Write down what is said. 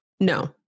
No